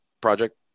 project